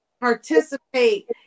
participate